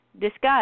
discussed